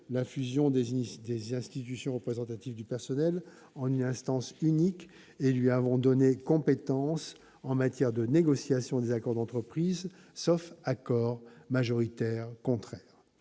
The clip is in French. la fusion des institutions représentatives du personnel en une instance unique et lui avons donné compétence en matière de négociation des accords d'entreprise, sauf accord majoritaire contraire.